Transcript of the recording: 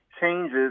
changes